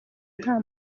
nta